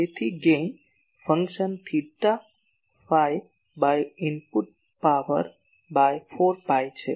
તેથી gain function એ theta ગુણ્યા ફાઈ ભાગ્યા ઇનપુટ પાવર ભાગ્યા ૪ પાઈ છે